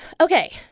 Okay